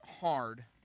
hard